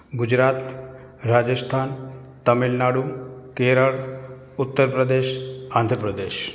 Gujarat Rajasthan Tamil Nadu Kerala Uttar Pradesh Andhra Pradesh